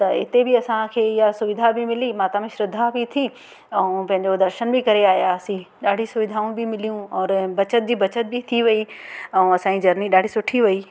त इते बि असांखे इहो सुविधा बि मिली माता में श्रद्धा बि थी ऐं पंहिंजो दर्शन बि करे आयासीं ॾाढी सुविधाऊं बि मिलियूं और बचति जी बचति बि थी वयी ऐं असांजी जर्नी ॾाढी सुठी वई